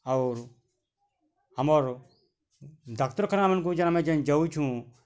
ଆଉରୁ ଆମର୍ ଡାକ୍ତରଖାନା ମାନଙ୍କୁ ଯେନ୍ ଆମେ ଯେନ୍ ଯାଉଛୁ